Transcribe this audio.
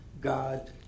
God